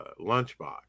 lunchbox